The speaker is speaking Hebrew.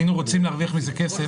אם היינו רוצים להרוויח מזה כסף,